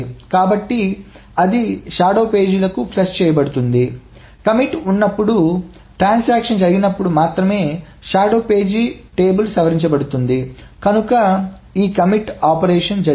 కాబట్టి అది షాడో పేజీలకు ఫ్లష్ చేయబడుతోంది కమిట్ ఉన్నప్పుడు ట్రాన్సాక్షన్ జరిగినప్పుడు మాత్రమే షాడో పేజీ పట్టిక సవరించబడుతుంది కనుక ఈ కమిట్ ఆపరేషన్ జరిగింది